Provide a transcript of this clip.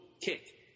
Kick